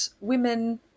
women